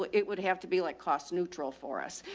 it would have to be like cost neutral for us,